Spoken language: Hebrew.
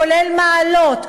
כולל מעלות,